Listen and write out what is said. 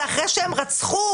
זה אחרי שהם רצחו,